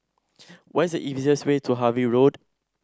what is the easiest way to Harvey Road